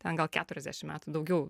ten gal keturiasdešim metų daugiau